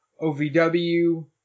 OVW